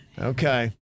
Okay